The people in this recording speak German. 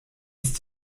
ist